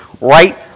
right